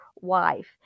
wife